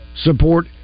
support